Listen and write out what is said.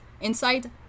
inside